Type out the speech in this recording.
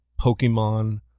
Pokemon